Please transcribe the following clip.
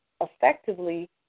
effectively